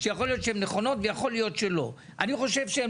שיכול להיות שהן נכונות ויכול להיות שלא אני חושב שהן